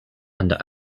under